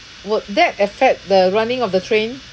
would that affect the running of the train